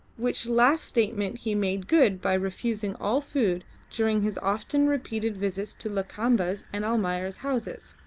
which last statement he made good by refusing all food during his often repeated visits to lakamba's and almayer's houses.